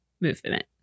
movement